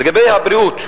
לגבי הבריאות,